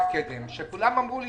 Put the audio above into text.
כולם אמרו לי